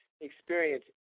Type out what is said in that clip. experience